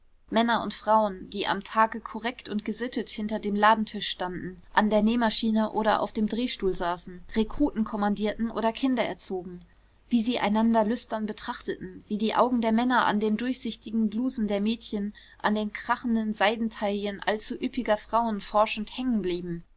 männer und frauen die am tage korrekt und gesittet hinter dem ladentisch standen an der nähmaschine oder auf dem drehstuhl saßen rekruten kommandierten oder kinder erzogen wie sie einander lüstern betrachteten wie die augen der männer an den durchsichtigen blusen der mädchen an den krachenden seidentaillen allzu üppiger frauen forschend